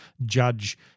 judge